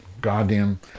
goddamn